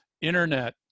internet